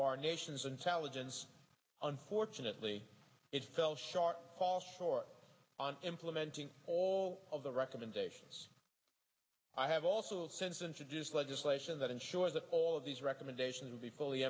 our nation's intelligence unfortunately it fell short falls short on implementing all of the recommendations i have also since introduced legislation that ensures that all of these recommendations will be fully